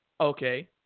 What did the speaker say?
Okay